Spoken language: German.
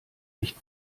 nicht